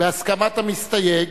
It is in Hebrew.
בהסכמת המסתייג